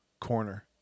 corner